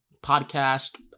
podcast